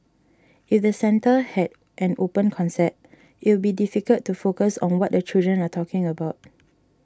if the centre had an open concept you will be difficult to focus on what the children are talking about